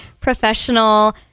professional